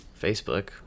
Facebook